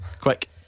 Quick